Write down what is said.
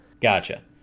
gotcha